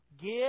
Give